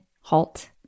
halt